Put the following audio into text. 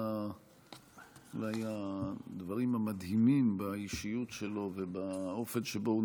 אולי אחד הדברים המדהימים באישיות שלו ובאופן שבו הוא